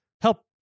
help